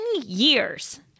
years